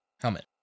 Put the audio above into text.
Helmet